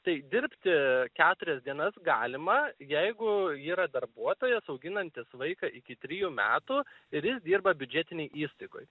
tai dirbti keturias dienas galima jeigu yra darbuotojas auginantis vaiką iki trijų metų ir jis dirba biudžetinėj įstaigoj